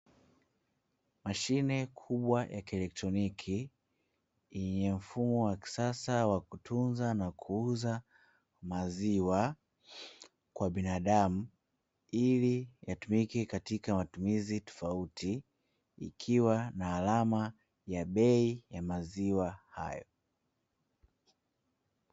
Mashine kubwa ya kielektroniki yenye mfumo wa kisasa wa kutunza na kuuza maziwa kwa binadamu, ili yatumike katika matumizi tofauti likiwa na alama ya bei ya maziwa hayo.